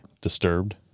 Disturbed